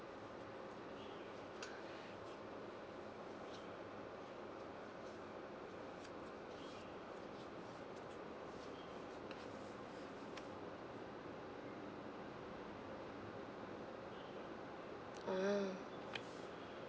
ha